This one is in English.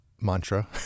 mantra